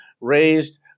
raised